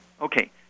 Okay